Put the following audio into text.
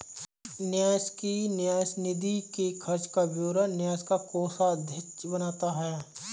न्यास की न्यास निधि के खर्च का ब्यौरा न्यास का कोषाध्यक्ष बनाता है